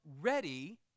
ready